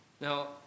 Now